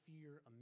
fear